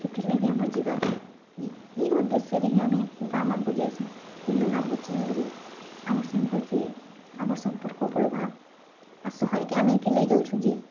ସେଥିର୍ଲାଗି ଆମର୍ ଯିବାର୍ ଇ ଉଦ୍ଦେଶ୍ୟରେ ହିଁ ଆମେ ଗାଁ ମାନକେ ଯାଏସୁଁ କି ଲୋଗ୍ ଆମ୍କୁ ଚିହ୍ନିବେ ଆମର୍ ସାଙ୍ଗେ ଭଲ୍ସେ ଆମର୍ ସମ୍ପର୍କ ବଢ଼୍ବା ଆର୍ ସହର୍କେ ଆମେ ଏଥିରଲାଗି ଯାଉଚୁଁ ଯେ